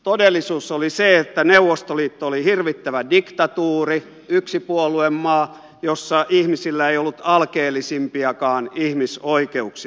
todellisuus oli se että neuvostoliitto oli hirvittävä diktatuuri yksipuoluemaa jossa ihmisillä ei ollut alkeellisimpiakaan ihmisoikeuksia